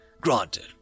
Granted